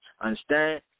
Understand